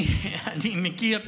אני מכיר.